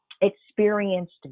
experienced